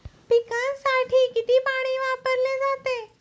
पिकांसाठी किती पाणी वापरले जाते?